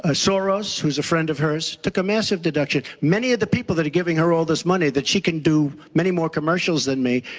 ah soros, who's a friend of hers took a massive deduction. many of the people that are giving her all this money so that she can do many more commercials than me,